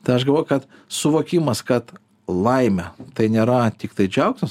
tai aš galvoju kad suvokimas kad laimė tai nėra tiktai džiaugsmas